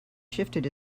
shifted